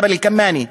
ג'בל-אל-כמאנה,